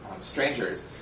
strangers